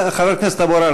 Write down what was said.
חבר הכנסת אבו עראר,